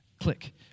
Click